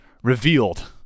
revealed